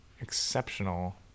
exceptional